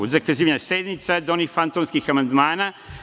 Od zakazivanja sednica do onih fantomskih amandmana.